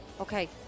Okay